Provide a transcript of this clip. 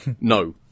no